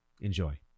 Enjoy